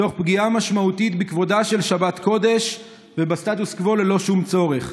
תוך פגיעה משמעותית בכבודה של שבת קודש ובסטטוס קוו ללא שום צורך.